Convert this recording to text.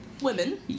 women